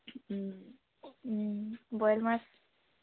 boil মাছ